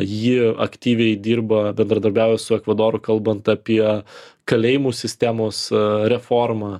ji aktyviai dirba bendradarbiauja su ekvadoru kalbant apie kalėjimų sistemos reformą